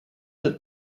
that